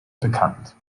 bekannt